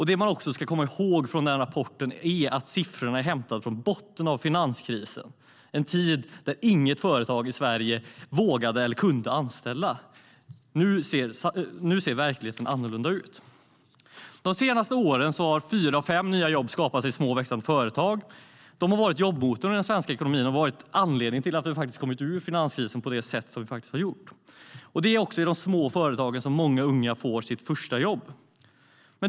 Det man ska komma ihåg med denna rapport är att siffrorna är hämtade från botten av finanskrisen - en tid då inget företag i Sverige vågade eller kunde anställa. Nu ser verkligheten annorlunda ut. De senaste åren har fyra av fem nya jobb skapats i små och växande företag. De har varit jobbmotorn i den svenska ekonomin, och de har varit anledningen till att vi har kommit ur finanskrisen på det sätt som vi har gjort. Det är också i de små företagen som många unga får sitt första jobb.